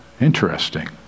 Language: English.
Interesting